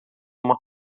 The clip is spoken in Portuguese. uma